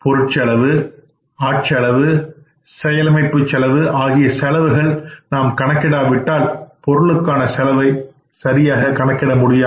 பொருள் செலவு ஆட் செலவு ஓவர்ஹெட் செலவு ஆகிய செலவுகளை நாம் கணக்கிடாவிட்டால் பொருளுக்கான செலவை கணக்கிட முடியாது